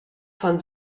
von